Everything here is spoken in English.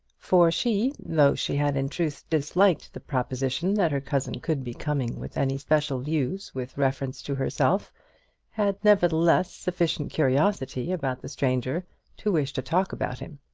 for she though she had in truth disliked the proposition that her cousin could be coming with any special views with reference to herself had nevertheless sufficient curiosity about the stranger to wish to talk about him.